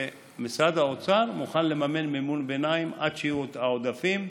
היא שמשרד האוצר מוכן לממן מימון ביניים עד שיהיו העודפים,